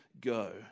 go